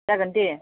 जागोन दे